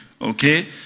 okay